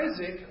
Isaac